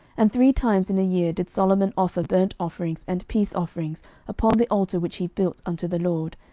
and three times in a year did solomon offer burnt offerings and peace offerings upon the altar which he built unto the lord,